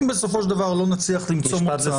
אם בסופו של דבר לא נצליח למצוא מוצא,